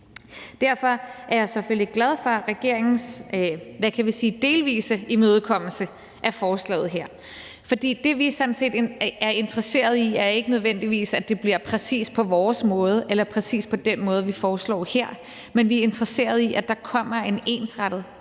Derfor er jeg selvfølgelig glad for regeringens – hvad kan vi sige – delvise imødekommelse af forslaget her, for det, vi sådan set er interesseret i, er ikke nødvendigvis, at det bliver præcis på vores måde eller præcis på den måde, vi foreslår her, men vi er interesseret i, at der kommer en ensrettet